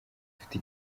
ufite